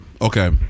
Okay